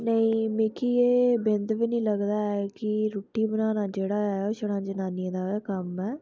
नेई मिकी एह् बिंद बी नी लगदा ऐ कि रूट्टी बनाना जेह्ड़ा ऐ छड़ा जनानियां दा गै कम्म ऐ